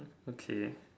okay